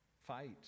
Fight